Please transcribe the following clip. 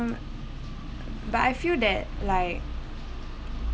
but I feel that like